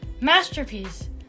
Masterpiece